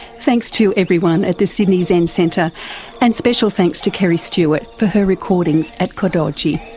thanks to everyone at the sydney zen centre and special thanks to kerry stewart for her recordings at kodoji.